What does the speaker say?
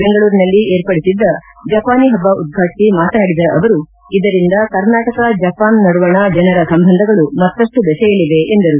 ಬೆಂಗಳೂರಿನಲ್ಲಿ ಏರ್ಪಡಿಸಿದ್ದ ಜಪಾನಿ ಹಬ್ಬ ಉದ್ಘಾಟಿಸಿ ಮಾತನಾಡಿದ ಅವರು ಇದರಿಂದ ಕರ್ನಾಟಕ ಜಪಾನ್ ನಡುವಣ ಜನರ ಸಂಬಂಧಗಳು ಮತ್ತಷ್ಟು ಬೆಸೆಯಲಿವೆ ಎಂದರು